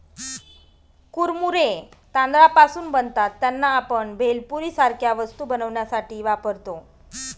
कुरमुरे तांदळापासून बनतात त्यांना, आपण भेळपुरी सारख्या वस्तू बनवण्यासाठी वापरतो